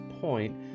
point